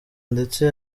ndetse